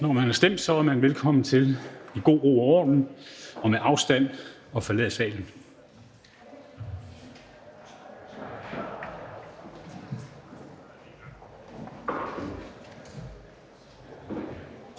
Når man har stemt, er man velkommen til i god ro og orden og med afstand at forlade salen.